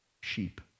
sheep